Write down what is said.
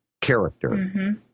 character